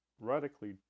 radically